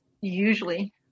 usually